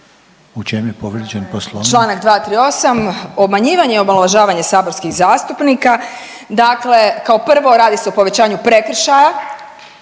U čemu je povrijeđen Poslovnik?